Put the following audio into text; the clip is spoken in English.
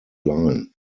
line